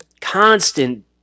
Constant